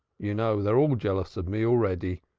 you know they're all jealous of me already.